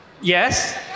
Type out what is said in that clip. Yes